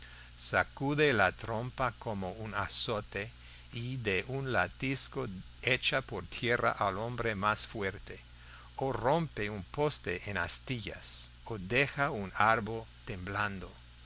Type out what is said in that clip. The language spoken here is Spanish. sacude la trompa como un azote y de un latigazo echa por tierra al hombre más fuerte o rompe un poste en astillas o deja un árbol temblando